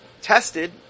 tested